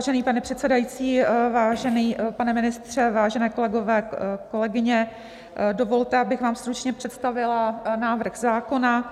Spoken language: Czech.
Vážený pane předsedající, vážený pane ministře, vážené kolegyně, vážení kolegové, dovolte, abych vám stručně představila návrh zákona.